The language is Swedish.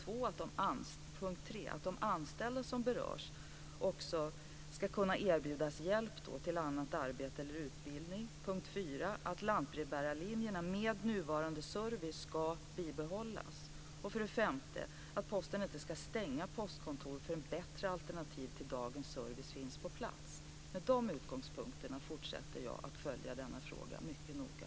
För det tredje ska de anställda som berörs erbjudas hjälp till annat arbete eller utbildning. För det fjärde ska lantbrevbärarlinjerna med nuvarande service bibehållas. För det femte ska Posten inte stänga postkontor förrän bättre alternativ till dagens service finns på plats. Med dessa utgångspunkter fortsätter jag att följa denna fråga mycket noga.